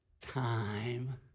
Time